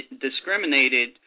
discriminated